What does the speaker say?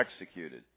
executed